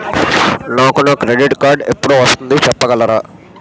నాకు నా credit card ఎపుడు వస్తుంది చెప్పగలరా?